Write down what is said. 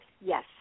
Yes